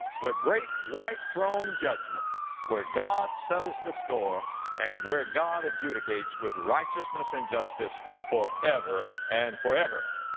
the great white throne judgment where god settles the score and where god adjudicates with righteousness and justice forever and forever.